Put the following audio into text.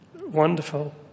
Wonderful